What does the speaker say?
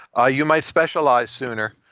ah you might specialize sooner.